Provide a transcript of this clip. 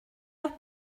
heure